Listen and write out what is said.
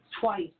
Twice